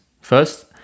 First